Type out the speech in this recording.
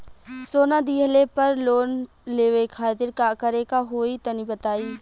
सोना दिहले पर लोन लेवे खातिर का करे क होई तनि बताई?